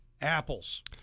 Apples